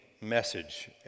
message